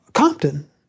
Compton